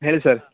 ಹೇಳಿ ಸರ್